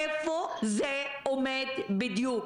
איפה זה עומד בדיוק?